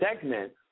segment